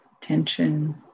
tension